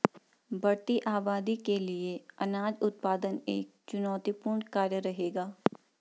बढ़ती आबादी के लिए अनाज उत्पादन एक चुनौतीपूर्ण कार्य रहेगा